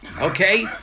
okay